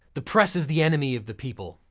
the press is the enemy of the people,